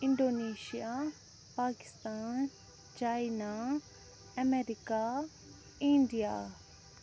Indonesia Pakistan China America India